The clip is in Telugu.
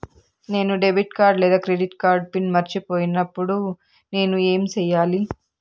నేను డెబిట్ కార్డు లేదా క్రెడిట్ కార్డు పిన్ మర్చిపోయినప్పుడు నేను ఏమి సెయ్యాలి?